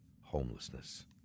homelessness